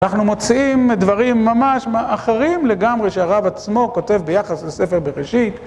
אנחנו מוצאים דברים ממש אחרים לגמרי שהרב עצמו כותב ביחס לספר בראשית.